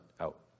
out